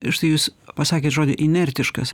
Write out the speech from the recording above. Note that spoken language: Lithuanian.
štai jūs pasakėt žodį inertiškas